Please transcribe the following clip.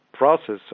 process